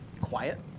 quiet